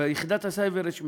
ביחידת הסייבר יש 100,